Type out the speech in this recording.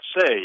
say